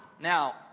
Now